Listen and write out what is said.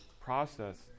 process